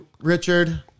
Richard